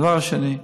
דבר שני,